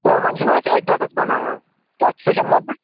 ژامن چھِنہَ أسۍ أتھۍ دۄدس بناوان تتھ سَہ چھَ مٔدٕر